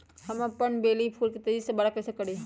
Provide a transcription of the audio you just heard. हम अपन बेली फुल के तेज़ी से बरा कईसे करी?